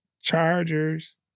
Chargers